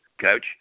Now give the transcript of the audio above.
coach